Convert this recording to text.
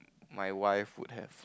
my wife would have